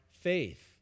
faith